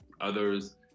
others